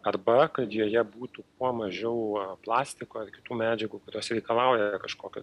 arba kad joje būtų kuo mažiau plastiko ir kitų medžiagų kurios reikalauja kažkokio